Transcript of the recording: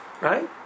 right